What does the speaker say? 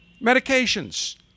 medications